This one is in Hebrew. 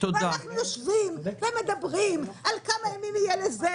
ואנחנו יושבים ומדברים על כמה ימים יהיה לזה